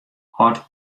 hâld